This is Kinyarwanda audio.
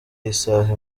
y’isaha